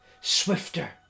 swifter